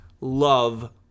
Love